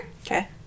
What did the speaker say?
Okay